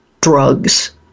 drugs